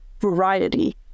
variety